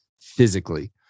physically